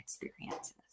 experiences